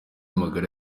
magara